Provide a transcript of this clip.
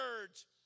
words